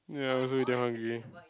ya I also damn hungry eh